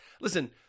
Listen